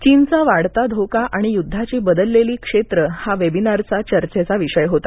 चीनचा वाढता धोका आणि युद्धाची बदललेली क्षेत्रं हा वेबिनारमधील चर्चेचा विषय होता